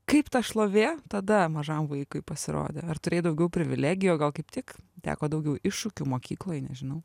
kaip ta šlovė tada mažam vaikui pasirodė ar turėjai daugiau privilegijų o gal kaip tik teko daugiau iššūkių mokykloj nežinau